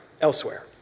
elsewhere